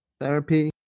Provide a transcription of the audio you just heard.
therapy